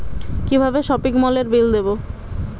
কিভাবে সপিং মলের বিল দেবো?